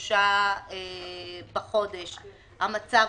בדצמבר המצב